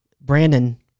Brandon